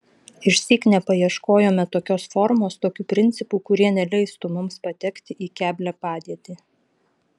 išsyk nepaieškojome tokios formos tokių principų kurie neleistų mums patekti į keblią padėtį